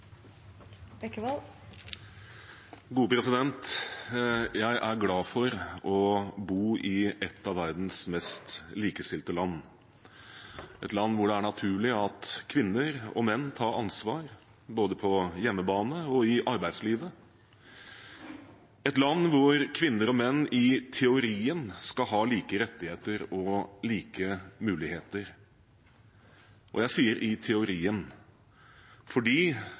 glad for å bo i et av verdens mest likestilte land, et land hvor det er naturlig at kvinner og menn tar ansvar både på hjemmebane og i arbeidslivet, et land hvor kvinner og menn i teorien skal ha like rettigheter og like muligheter. Jeg sier i teorien fordi